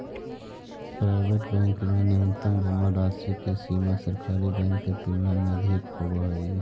private bank में न्यूनतम जमा राशि के सीमा सरकारी बैंक के तुलना में अधिक होवऽ हइ